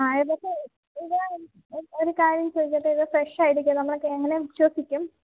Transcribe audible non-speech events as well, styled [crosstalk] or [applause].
ആ ഏകദേശം [unintelligible] ഒരു കാര്യം ചോദിച്ചോട്ടെ ഇത് ഫ്രഷ് ആയിരിക്കും എന്ന് നമ്മളൊക്കെ എങ്ങനെ വിശ്വസിക്കും